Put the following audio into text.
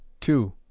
two